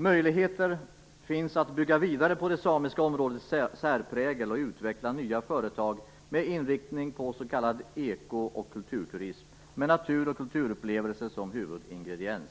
Möjligheter finns att bygga vidare på det samiska områdets särprägel och utveckla nya företag med inriktning på s.k. eko och kulturturism med natur och kulturupplevelser som huvudingrediens.